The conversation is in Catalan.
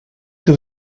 que